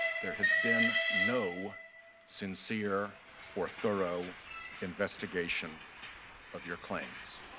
there has been no sincere or thorough investigation of your claims.